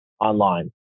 online